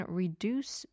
reduce